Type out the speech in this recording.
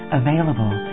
available